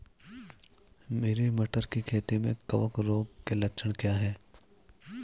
मेरी मटर की खेती में कवक रोग के लक्षण क्या हैं?